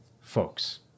folks